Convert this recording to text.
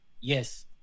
Yes